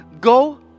Go